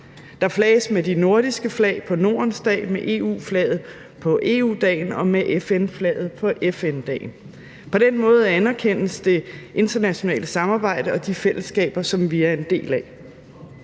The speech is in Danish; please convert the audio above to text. Der flages med de nordiske flag på Nordens dag , med EU-flaget på EU-dagen og med FN-flaget på FN-dagen. På den måde anerkendes det internationale samarbejde og de fællesskaber, som vi er en del af.